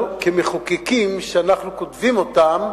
שאנחנו כמחוקקים כותבים אותן,